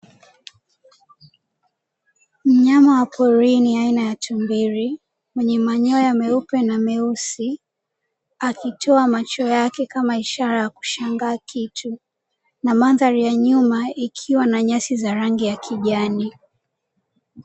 Mnyama wa porini aina ya tumbili mwenye manyoya meupe na meusi akitoa macho yake kama ishara ya kushangaa kitu na mandhari ya nyuma ikiwa na nyasi za rangi ya kijani.